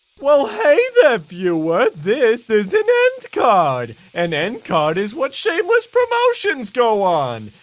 well, hey there, viewer! this is an end card! an end card is what shameless promotions go on.